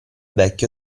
vecchio